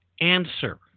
answer